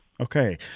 Okay